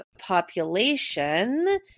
population